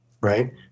right